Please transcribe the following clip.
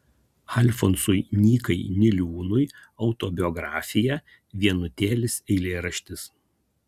alfonsui nykai niliūnui autobiografija vienutėlis eilėraštis